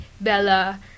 Bella